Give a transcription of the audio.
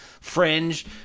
fringe